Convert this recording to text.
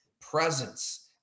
presence